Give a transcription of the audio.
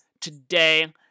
today